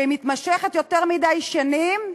שמתמשכת יותר מדי שנים,